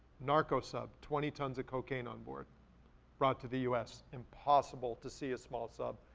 narco sub, twenty tons of cocaine on board brought to the us. impossible to see a small sub.